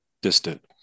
distant